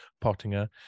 Pottinger